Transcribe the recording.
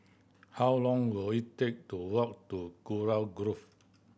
how long will it take to walk to Kurau Grove